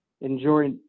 enjoy